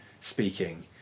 speaking